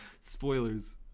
Spoilers